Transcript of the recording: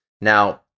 Now